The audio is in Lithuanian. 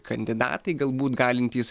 kandidatai galbūt galintys